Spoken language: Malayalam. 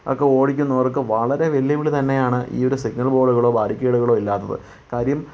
ഒക്കെ ഓടിക്കുന്നവർക്കും വളരെ വെല്ലുവിളി തന്നെയാണ് ഈയൊരു സെക്യൂറി ബോർഡുകളോ ബാരികേടുകളോ ഇല്ലാത്തത് കാര്യം